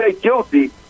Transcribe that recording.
guilty